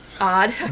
Odd